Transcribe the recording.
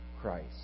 Christ